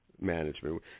management